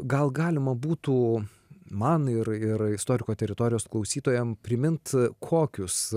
gal galima būtų man ir ir istoriko teritorijos klausytojam primint kokius